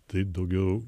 tai daugiau